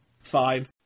Fine